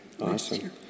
Awesome